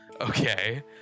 Okay